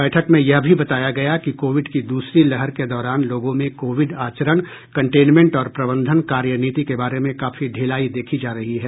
बैठक में यह भी बताया गया कि कोविड की दूसरी लहर के दौरान लोगों में कोविड आचरण कंटेनमेंट और प्रबंधन कार्यनीति के बारे में काफी ढिलाई देखी जा रही है